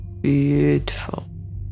beautiful